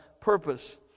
purpose